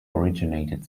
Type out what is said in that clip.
originated